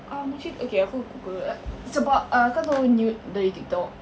uh mochi okay aku Google eh sebab uh kau tahu newt dari TikTok